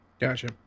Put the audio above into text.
Gotcha